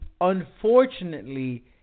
unfortunately